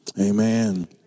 amen